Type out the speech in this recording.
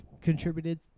contributed